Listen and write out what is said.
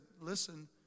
listen